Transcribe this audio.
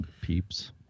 peeps